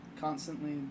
constantly